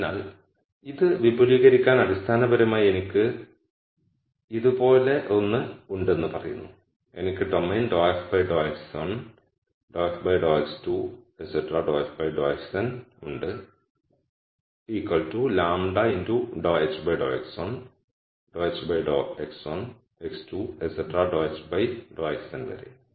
അതിനാൽ ഇത് വിപുലീകരിക്കാൻ അടിസ്ഥാനപരമായി എനിക്ക് ഇതുപോലൊന്ന് ഉണ്ടെന്ന് പറയുന്നു എനിക്ക് domain ∂f ∂x1 ∂f ∂x2 ∂f ∂xn ഉണ്ട് λ ∂h ∂x1 ∂h ∂x1 ∂h ∂xn വരെ